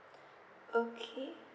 okay